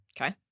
Okay